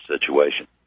situation